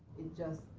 it just,